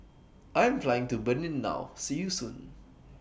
I Am Flying to Benin now See YOU Soon